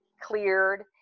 cleared